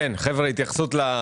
חברים, התייחסות.